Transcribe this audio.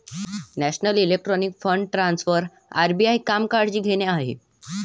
national electronic fund transfer RBI काम काळजी घेणे आहे